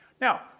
Now